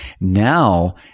now